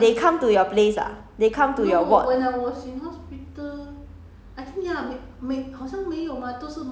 oh 我不知道 leh they come to your place ah they come to your ward